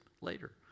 later